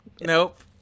nope